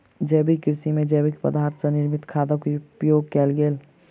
जैविक कृषि में जैविक पदार्थ सॅ निर्मित खादक उपयोग कयल गेल